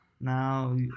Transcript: now